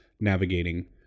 navigating